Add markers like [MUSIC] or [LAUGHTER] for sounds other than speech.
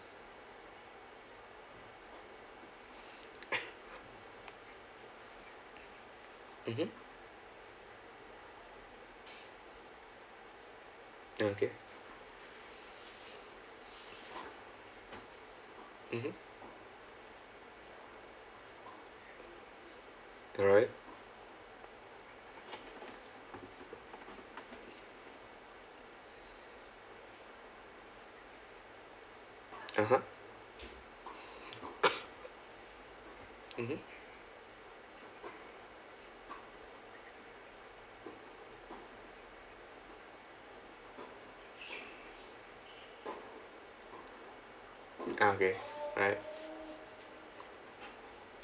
mmhmm ah okay mmhmm alright (uh huh) [COUGHS] mmhmm ah okay right